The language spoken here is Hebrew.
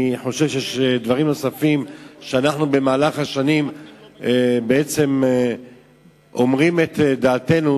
אני חושב שיש דברים נוספים שבמהלך השנים אנחנו אומרים את דעתנו,